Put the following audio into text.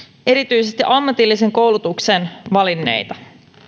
erityisesti ammatillisen koulutuksen valinneita